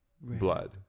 blood